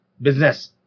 business